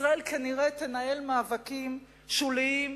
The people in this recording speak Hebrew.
ישראל כנראה תנהל מאבקים שוליים,